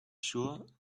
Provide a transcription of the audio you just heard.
sure